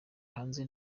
hanze